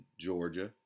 Georgia